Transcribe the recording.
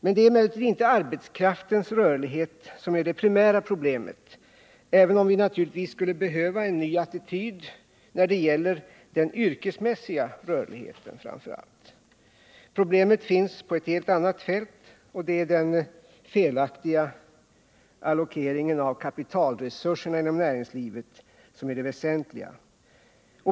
Det är emellertid inte arbetskraftens rörlighet som är det primära problemet, även om vi naturligtvis skulle behöva en ny attityd när det gäller framför allt den yrkesmässiga rörligheten. Problemet finns på ett helt annat fält. Det är den felaktiga allokeringen av kapitalresurserna inom näringslivet som är det väsentliga.